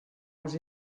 els